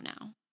now